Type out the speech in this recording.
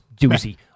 doozy